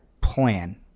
plan